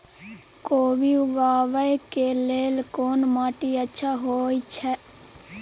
कोबी उगाबै के लेल कोन माटी अच्छा होय है?